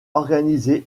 organisé